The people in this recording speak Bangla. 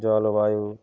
জলবায়ু